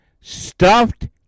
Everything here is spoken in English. stuffed